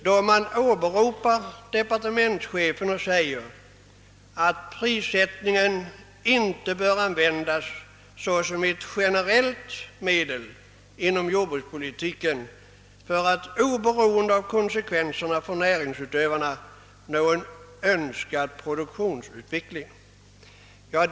Det gäller departementschefens uttalande att prissättningen inte bör användas såsom ett generellt medel inom jordbrukspolitiken för att oberoende av konsekvenserna för näringsutövarna nå en önskad produktionsutveckling.